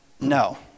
No